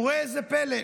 וראה זה פלא,